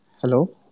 Hello